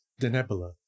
Denebola